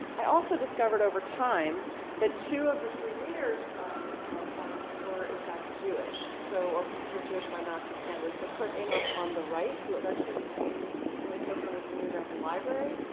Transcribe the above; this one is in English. i also discovered over time that two of the three leaders of albatross were in fact jewish so or considered jewish by nazi standards. so kurt enoch on the right, who eventually became one of the cofounders of the new american library,